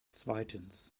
zweitens